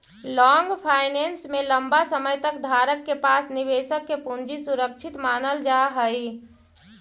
long finance में लंबा समय तक धारक के पास निवेशक के पूंजी सुरक्षित मानल जा हई